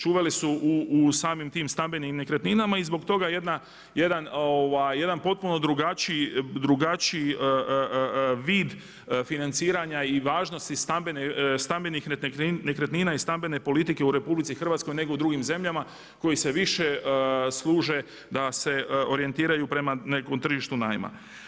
Čuvali su u samim tim stambenim nekretninama i zbog toga jedan potpuno drugačiji vid financiranja i važnosti stambenih nekretnina i stambene politike u RH nego u drugim zemljama koji se više služe da se orijentiraju prema nekom tržištu najma.